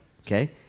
okay